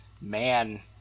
man